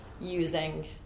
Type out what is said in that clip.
using